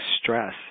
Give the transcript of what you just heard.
stress